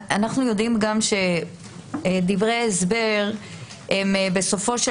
אנחנו יודעים גם שדברי הסבר הם בסופו של